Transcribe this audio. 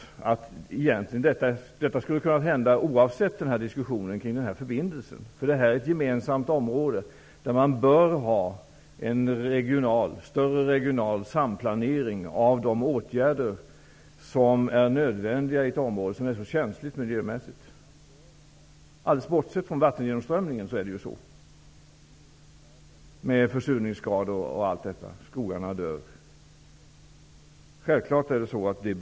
Detta skulle ha kunnat hända oavsett diskussionen om förbindelsen, eftersom det är fråga om ett gemensamt område, där man bör ha en större regional samplanering när det gäller de åtgärder som är nödvändiga i ett område som är så känsligt miljömässigt. Alldeles bortsett från vattengenomströmningen är det så -- med försurning och med skogar som dör. Självfallet är detta nödvändigt.